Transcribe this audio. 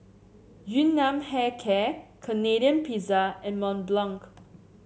Yun Nam Hair Care Canadian Pizza and Mont Blanc